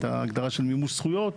את ההגדרה של מימוש זכויות,